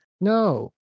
No